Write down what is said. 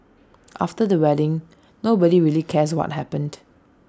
after the wedding nobody really cares what happened